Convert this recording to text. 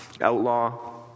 outlaw